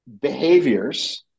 behaviors